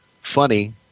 funny